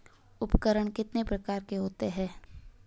उपकरण कितने प्रकार के होते हैं?